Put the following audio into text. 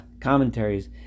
commentaries